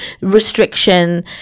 restriction